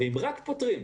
אם רק פותרים,